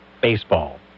baseball